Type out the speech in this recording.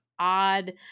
odd